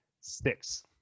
Six